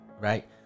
right